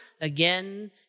again